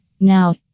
Now